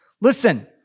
Listen